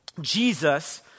Jesus